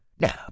Now